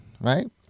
right